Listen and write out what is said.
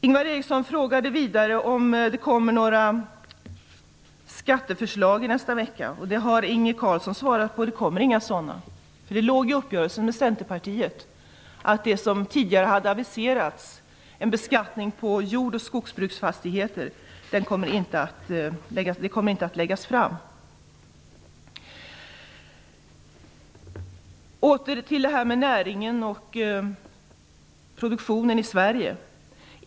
Ingvar Eriksson frågade vidare om det kommer några skatteförslag i nästa vecka. Inge Carlsson har svarat att det inte kommer några sådana. Det låg i uppgörelsen med Centerpartiet att det som tidigare hade aviserats, dvs. beskattning på jord och skogsfastigheter, inte kommer att läggas fram. Jag går tillbaka till detta med näringen och produktionen i Sverige.